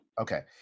Okay